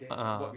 ah